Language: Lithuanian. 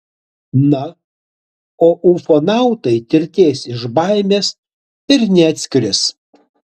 na o ufonautai tirtės iš baimės ir neatskris